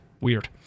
Weird